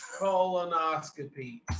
Colonoscopy